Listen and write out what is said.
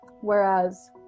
Whereas